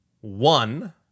One